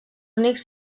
únics